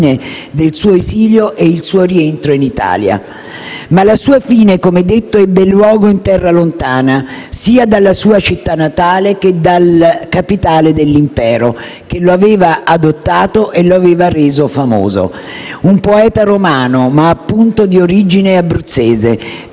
grazie a tutta